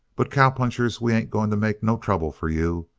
but cowpunchers we ain't going to make no trouble for you.